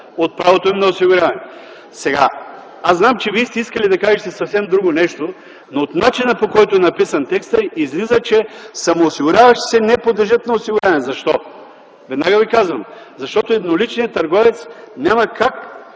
от правото им на осигуряване. Аз знам, че Вие сте искали да кажете съвсем друго нещо, но от начина, по който е написан текстът, излиза, че самоосигуряващите се не подлежат на осигуряване. Защо? Веднага Ви казвам: защото едноличният търговец няма как